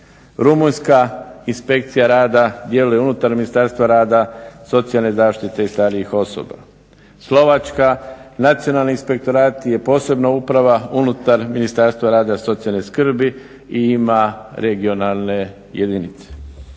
Rumunjska inspekcija rada djeluje unutar Ministarstva rada, socijalne zaštite i starijih osoba. Slovačka, nacionalni inspektorat je posebna uprava unutar Ministarstva rada i socijalne skrbi i ima regionalne jedinice.